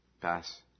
pass